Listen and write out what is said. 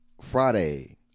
Friday